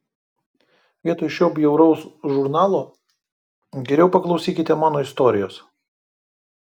vietoj šio bjauraus žurnalo geriau paklausykite mano istorijos